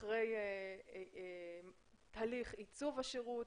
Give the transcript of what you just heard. אחרי הליך ייצוב השירות,